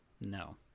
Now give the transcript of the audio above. No